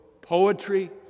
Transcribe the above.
poetry